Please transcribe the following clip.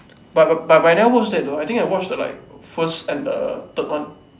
but but but I never watch that though I think I watch the like first and the third one